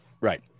Right